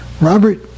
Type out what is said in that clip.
Robert